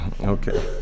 Okay